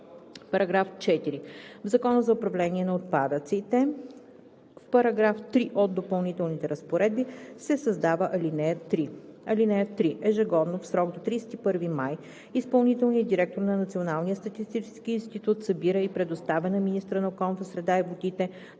„§ 4. В Закона за управление на отпадъците (обн., ДВ, бр. …) в § 3 от допълнителните разпоредби се създава ал. 3: „(3) Ежегодно, в срок до 31 май изпълнителният директор на Националния статистически институт събира и предоставя на министъра на околната среда и водите